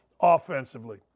offensively